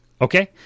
Okay